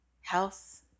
health